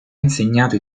insegnato